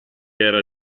era